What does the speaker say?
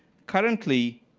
currently,